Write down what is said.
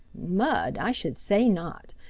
mud! i should say not!